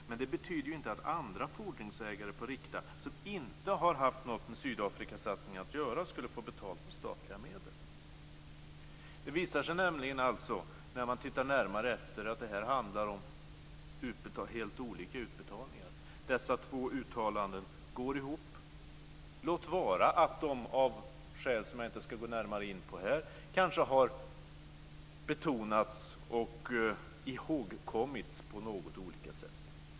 Men det betyder ju inte att andra fordringsägare på Rikta, som inte har haft med Sydafrikasatsningen att göra, skulle få betalt med statliga medel." Det visar sig alltså när man tittar närmare efter att det här handlar om helt olika utbetalningar. Dessa två uttalanden går ihop. Låt vara att de av skäl som jag inte ska gå närmare in på här kanske har betonats och ihågkommits på något olika sätt.